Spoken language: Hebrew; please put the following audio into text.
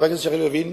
חבר הכנסת יריב לוין,